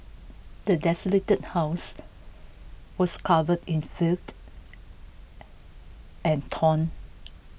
the desolated house was covered in filth and ton